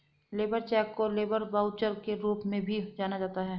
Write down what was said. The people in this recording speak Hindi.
लेबर चेक को लेबर वाउचर के रूप में भी जाना जाता है